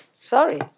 Sorry